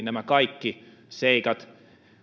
nämä kaikki seikat